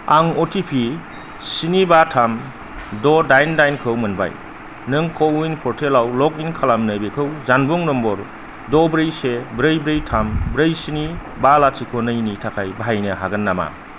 आं अटिपि स्नि बा थाम द' दाइन दाइन खौ मोनबाय नों क' विन पर्टेलाव लग इन खालामनो बेखौ जानबुं नम्बर द' ब्रै से ब्रै ब्रै थाम ब्रै स्नि बा लाथिख' नै नि थाखाय बाहायनो हागोन नामा